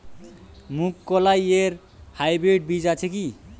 মুগকলাই এর হাইব্রিড বীজ আছে কি?